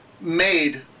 made